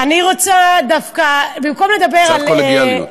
אני רוצה דווקא, במקום לדבר, קצת קולגיאליות.